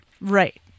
Right